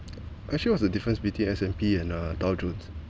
actually what's the difference between S_&_P and uh Dow Jones